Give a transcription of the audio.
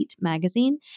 magazine